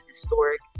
historic